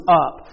up